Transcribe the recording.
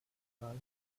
frage